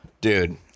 Dude